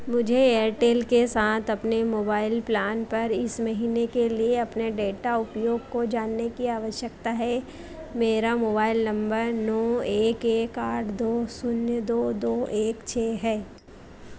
मुझे एयरटेल के साथ अपने मोबाइल प्लान पर इस महीने के लिए अपने डेटा उपयोग को जानने की आवश्यकता है मेरा मोबाइल नम्बर नौ एक एक आठ दो शून्य दो दो एक छह है